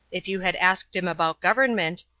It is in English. if you had asked him about government,